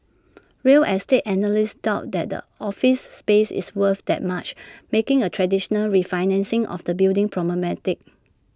real estate analysts doubt that the office space is worth that much making A traditional refinancing of the building problematic